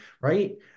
right